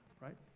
right